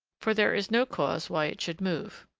for there is no cause why it should move.